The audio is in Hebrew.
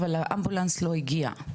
אבל האמבולנס לא הגיע.